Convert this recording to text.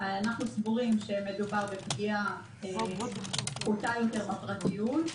אנו סבורים שמדובר בפגיעה פחותה יותר בפרטיות,